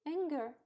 Anger